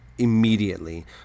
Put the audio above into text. Immediately